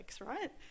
right